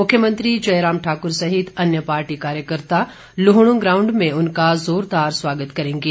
मुख्यमंत्री जयराम ठाकुर सहित अन्य पार्टी कार्यकर्ता लुहणु ग्राउंड में उनका जोरदार स्वागत करेंगे